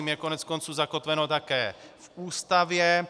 Je koneckonců zakotveno také v Ústavě.